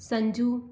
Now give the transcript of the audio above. Sanju